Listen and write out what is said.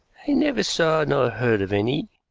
i never saw nor heard of any.